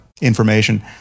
information